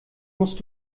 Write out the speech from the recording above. musst